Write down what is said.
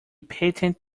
patent